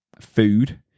food